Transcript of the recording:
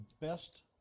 best